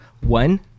one